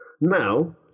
Now